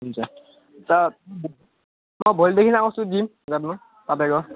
हुन्छ त त भोलिदेखि आउँछु जिम गर्नु तपाईँको